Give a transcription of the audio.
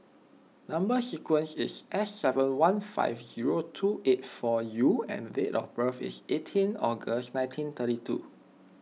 Number Sequence is S seven one five zero two eight four U and date of birth is eighteen August nineteen thirty two